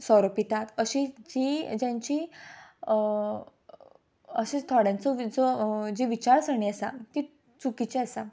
सोरो पितात अशी जी जांची असो थोड्यांचो जो जी विचारसरणी आसा ती चुकीची आसा